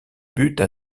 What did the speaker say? buts